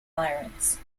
pirates